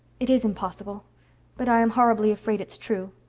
it is impossible but i am horribly afraid it's true.